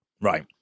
Right